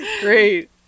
Great